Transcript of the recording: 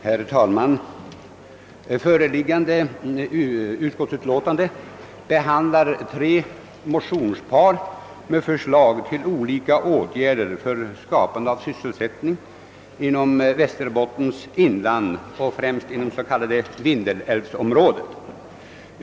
Herr talman! Föreliggande utskottsutlåtande behandlar tre motionspar med förslag till olika åtgärder för skapande av sysselsättning inom Västerbottens inland och främst inom det s.k. vindelälvsområdet.